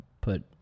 put